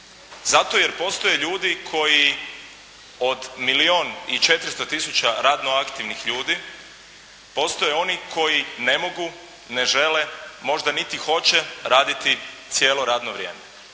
Zato jer postoje ljudi koji od milijun i 400 tisuća radno aktivnih ljudi, postoje oni koji ne mogu, ne žele, možda niti hoće raditi cijelo radno vrijeme.